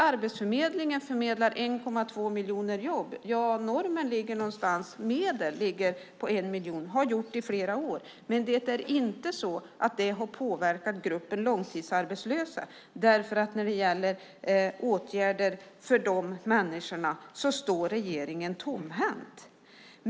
Arbetsförmedlingen förmedlar 1,2 miljoner jobb - ja, normen för medelnivån ligger någonstans på en miljon och har gjort det i flera år. Men det är inte så att det har påverkat gruppen långtidsarbetslösa. När det gäller åtgärder för de människorna står regeringen tomhänt.